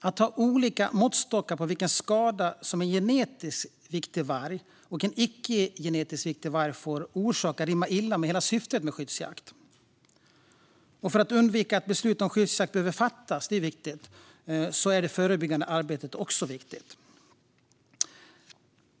Att ha olika måttstockar på vilken skada som en genetiskt viktig varg och en icke genetiskt viktig varg får orsaka rimmar illa med hela syftet med skyddsjakt. För att undvika att beslut om skyddsjakt behöver fattas är det förebyggande arbetet förstås viktigt.